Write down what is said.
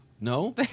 No